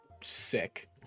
Sick